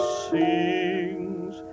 sings